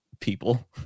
people